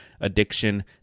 addiction